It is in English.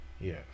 Yes